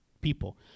people